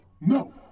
No